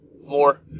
more